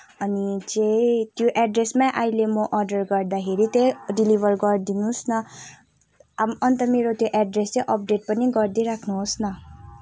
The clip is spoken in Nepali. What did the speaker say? अनि चाहिँ त्यो एड्रेसमै अहिले म अर्डर गर्दाखेरि त्यहीँ डेलिभर गरिदिनुहोस् न आ अन्त मेरो त्यो एड्रेस चाहिँ अपडेट पनि गरिदिइ राख्नुहोस् न